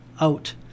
out